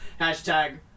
Hashtag